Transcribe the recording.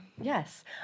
Yes